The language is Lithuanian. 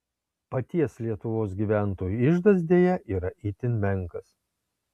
paties lietuvos gyventojų iždas deja yra itin menkas